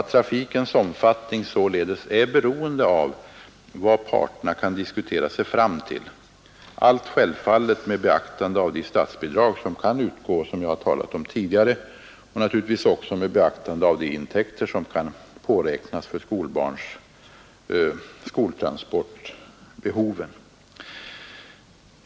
Trafikens omfattning är således beroende av vad parterna kan diskutera sig fram till — allt självfallet med beaktande av de statsbidrag som kan utgå, vilket jag har talat om tidigare, och av de intäkter som kan påräknas för skoltransportbehoven.